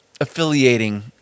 affiliating